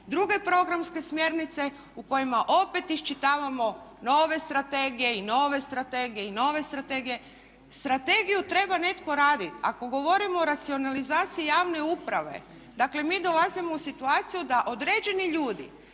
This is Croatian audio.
druge programske smjernice u kojima opet iščitavamo nove strategije i nove strategije i nove strategije. Strategiju treba netko raditi. Ako govorimo o racionalizaciji javne uprave, dakle mi dolazimo u situaciju da određeni ljudi